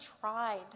tried